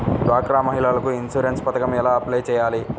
డ్వాక్రా మహిళలకు ఇన్సూరెన్స్ పథకం ఎలా అప్లై చెయ్యాలి?